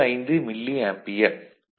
15 milli ampere